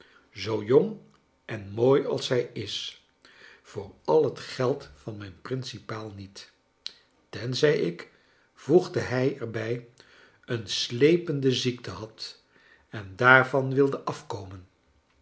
zoo jong en mooi als zij is voor al het geld van mijn principaal niet tenzij ik voegde hij er bij een slepende ziekte had en daarvan wilde afkomen